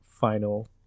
final